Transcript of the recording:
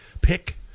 PICK